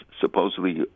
supposedly